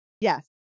Yes